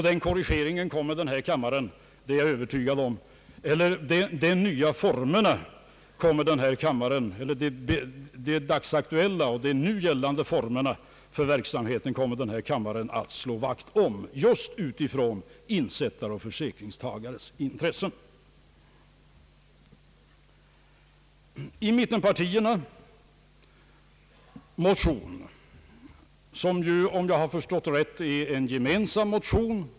De nuvarande formerna för denna verksamhet kommer denna kammare, det är jag övertygad om, att slå vakt om just utifrån insättarnas och försäkringstagarnas intressen. Mittenpartiernas motion är ju om jag har förstått den rätt en gemensam motion.